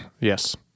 Yes